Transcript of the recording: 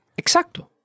Exacto